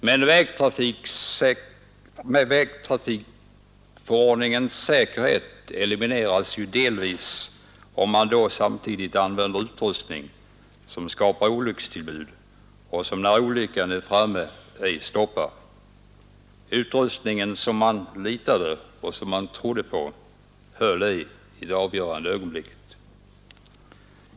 Men den säkerhet som vägtrafikförordningen sålunda skall värna om elimineras delvis, om samtidigt sådan utrustning kommer till användning som skapar olyckstillbud och som, när olyckan är framme, inte stoppar för påfrestningarna. Utrustningen som man litade och trodde på höll inte i det avgörande ögonblicket.